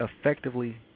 effectively